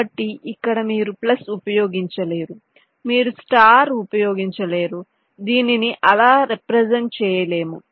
కాబట్టి ఇక్కడ మీరు ప్లస్ ఉపయోగించలేరు మీరు స్టార్ ఉపయోగించలేరు దీనిని అలా రెప్రెసెంట్ చేయలేము